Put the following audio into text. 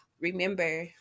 Remember